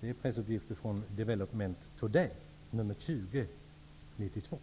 Det är pressuppgifter från Development Today nr 20 1992.